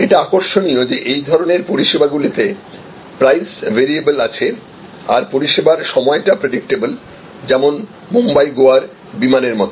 এটা আকর্ষণীয় যে এই ধরণের পরিষেবাগুলিতে প্রাইস ভেরিয়েবল আছে আর পরিষেবার সময় টা প্রেডিক্টেবল যেমন বোম্বাই গোয়ার বিমানের মতো